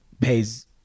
pays –